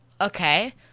Okay